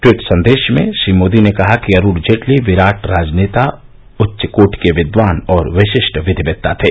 tweet संदेश में श्री मोदी ने कहा कि अरुण जेटली विराट राजनेता उच्च कोटि के विद्वान और विशिष्ट विधिवेत्ता थे